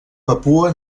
papua